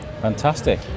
Fantastic